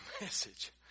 message